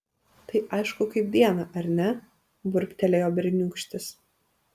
tai aišku kaip dieną ar ne burbtelėjo berniūkštis